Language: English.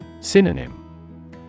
Synonym